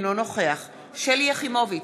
אינו נוכח שלי יחימוביץ,